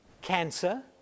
cancer